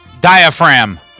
Diaphragm